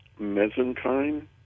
Mesenchyme